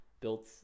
built